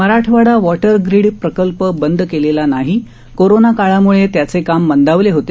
Marathwada water grid प्रकल्प बंद केलेला नाही कोरोना काळामुळे त्याचे काम मंदावले होते